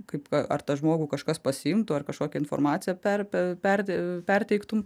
kaip ką ar tą žmogų kažkas pasiimtų ar kažkokią informaciją per per perteiktum